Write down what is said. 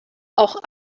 auch